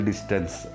distance